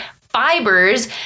fibers